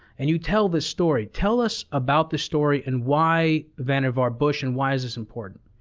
and you tell this story. tell us about this story and why vannevar bush, and why is this important?